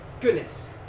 goodness